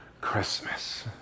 Christmas